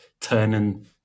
turning